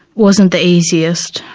wasn't the easiest.